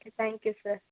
okay thank you sir